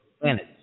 planets